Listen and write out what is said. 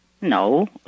No